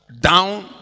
down